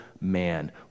man